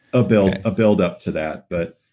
ah build-up ah build-up to that. but,